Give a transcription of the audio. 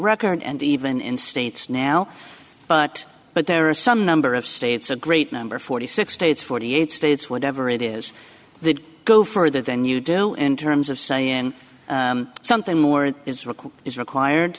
record and even in states now but but there are some number of states a great number forty six states forty eight states whatever it is the go further than you do and turn as of saying something more is required